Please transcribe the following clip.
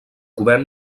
govern